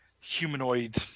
humanoid